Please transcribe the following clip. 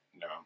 No